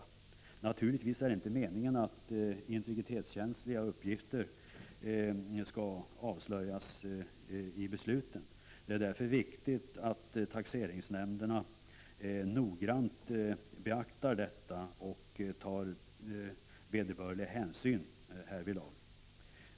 Det är naturligtvis inte meningen att integritetskänsliga uppgifter skall avslöjas i besluten. Det är därför viktigt att taxeringsnämnderna noggrant beaktar detta och tar vederbörlig hänsyn härvidlag.